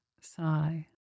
sigh